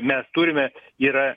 mes turime yra